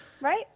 Right